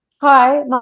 Hi